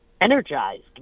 energized